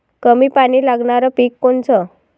कमी पानी लागनारं पिक कोनचं?